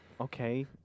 okay